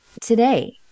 today